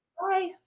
Bye